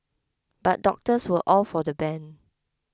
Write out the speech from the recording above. but doctors were all for the ban